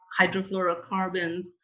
hydrofluorocarbons